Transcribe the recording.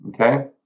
Okay